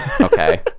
okay